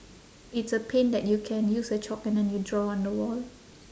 it's a paint that you can use a chalk and then you draw on the wall